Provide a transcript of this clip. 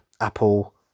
Apple